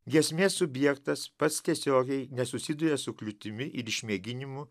giesmė subjektas pats tiesiogiai nesusiduria su kliūtimi ir išmėginimu